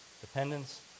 Dependence